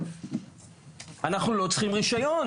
אנחנו לא צריכים רישיון.